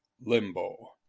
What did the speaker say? Limbo